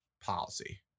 policy